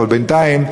אבל בינתיים,